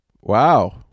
Wow